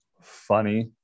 funny